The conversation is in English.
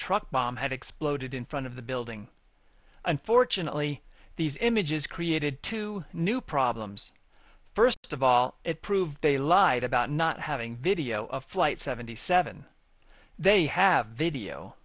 truck bomb had exploded in front of the building unfortunately these images created two new problems first of all it proves they lied about not having video of flight seventy seven they have video